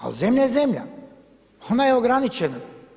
A zemlja je zemlja, ona je ograničena.